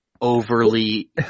overly